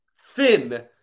thin